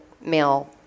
male